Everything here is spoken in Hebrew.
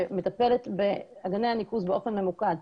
שמטפלת בהגנה על ניקוז באופן ממוקד.